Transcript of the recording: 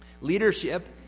Leadership